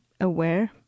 aware